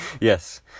Yes